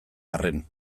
arren